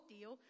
deal